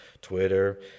Twitter